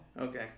Okay